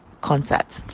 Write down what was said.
contact